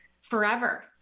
forever